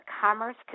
Commerce